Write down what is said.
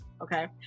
Okay